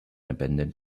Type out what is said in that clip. abandoned